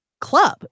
club